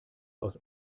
aus